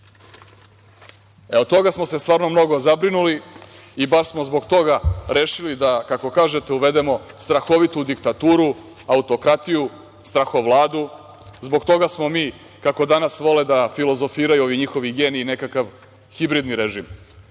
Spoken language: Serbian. E oko toga smo se stvarno mnogo zabrinuli i baš smo zbog toga rešili, kako kažete, uvedemo strahovitu diktaturu, autokratiju, strahovladu, zbog toga smo mi, kako danas vode da filozofiraju ovi njihovi geniji, nekakav hibridni režim.